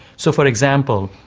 so, for example,